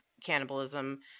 cannibalism